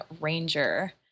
ranger